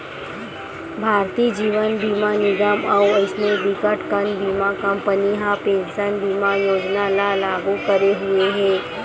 भारतीय जीवन बीमा निगन अउ अइसने बिकटकन बीमा कंपनी ह पेंसन बीमा योजना ल लागू करे हुए हे